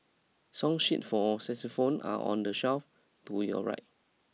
song sheet for xylophone are on the shelf to your right